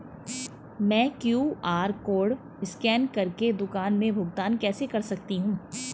मैं QR code scan कर के दुकान में भुगतान कैसे कर सकती हूँ?